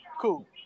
Cool